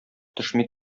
төшми